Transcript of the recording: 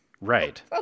Right